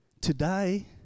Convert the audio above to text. today